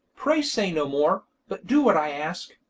pray say no more, but do what i ask.